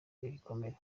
ibikomere